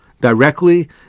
directly